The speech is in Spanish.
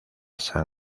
san